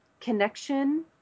connection